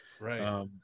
right